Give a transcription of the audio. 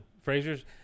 fraser's